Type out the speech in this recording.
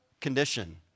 condition